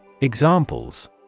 Examples